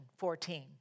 14